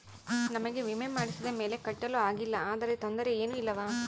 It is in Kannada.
ನಮಗೆ ವಿಮೆ ಮಾಡಿಸಿದ ಮೇಲೆ ಕಟ್ಟಲು ಆಗಿಲ್ಲ ಆದರೆ ತೊಂದರೆ ಏನು ಇಲ್ಲವಾ?